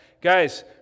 Guys